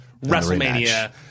WrestleMania